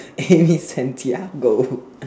Amy-Santiago